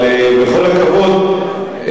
אבל בכל הכבוד,